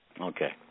Okay